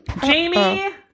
Jamie